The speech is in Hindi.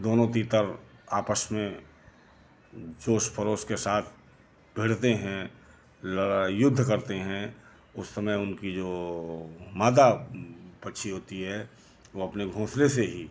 दोनों तीतर आपस में जोश परोस के साथ भिड़ते हैं लड़ युद्ध करते हैं उसमें उनकी जो मादा पक्षी होती है वो अपने घोंसले से ही